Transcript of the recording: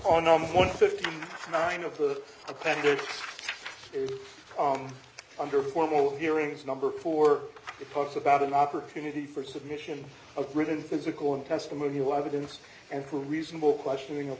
l on one fifty nine of the appendix is under formal hearings number four talks about an opportunity for submission of written physical and testimonial evidence and for reasonable questioning of